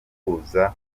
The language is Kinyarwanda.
guhuza